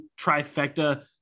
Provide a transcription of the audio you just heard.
trifecta